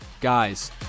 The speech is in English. Guys